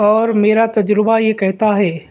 اور میرا تجربہ یہ کہتا ہے